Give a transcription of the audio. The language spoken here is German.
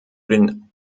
den